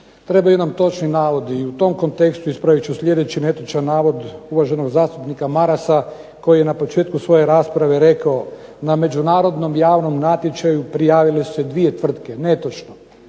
trebaju nam točni navodi. I u tom kontekstu ispravit ću sljedeći netočni navod uvaženog zastupnika Marasa, koji je na početku svoje rasprave rekao, na međunarodnom javnom natječaju prijavile su se dvije tvrtke. Netočno.